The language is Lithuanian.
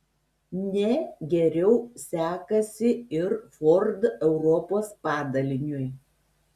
ne geriau sekasi ir ford europos padaliniui